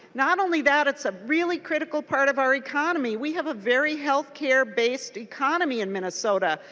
not only that it's ah really critical part of our economy. we have a very healthcare-based economy in minnesota.